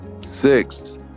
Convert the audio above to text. six